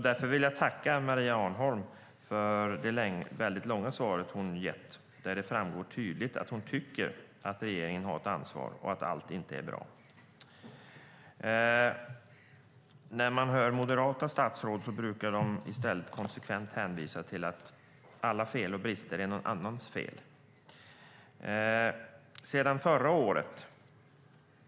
Därför vill jag tacka Maria Arnholm för det väldigt långa svar hon gett där det framgår tydligt att hon tycker att regeringen har ett ansvar och att allt inte är bra. Moderata statsråd brukar konsekvent hänvisa till att alla brister är någon annans fel.